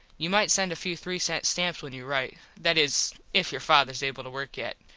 you mite send a few three sent stamps when you rite. that is if your fathers able to work yet.